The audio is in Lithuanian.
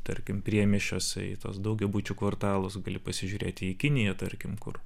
tarkim priemiesčiuose į tuos daugiabučių kvartalus gali pasižiūrėti į kiniją tarkim kur